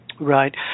Right